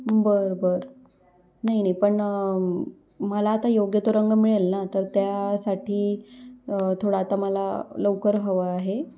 बरं बरं नाही नाही पण मला आता योग्य तो रंग मिळेल ना तर त्यासाठी थोडं आता मला लवकर हवं आहे